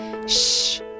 Shh